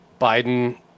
Biden